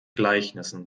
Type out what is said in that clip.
gleichnissen